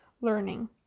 learning